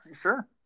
Sure